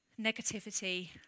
negativity